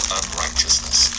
unrighteousness